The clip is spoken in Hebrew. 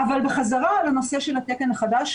אבל בחזרה לנושא של התקן החדש,